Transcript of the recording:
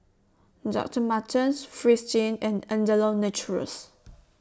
Doctor Martens Fristine and Andalou Naturals